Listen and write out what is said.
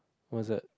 what is that